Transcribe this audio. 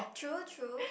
true true